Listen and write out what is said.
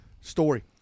story